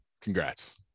congrats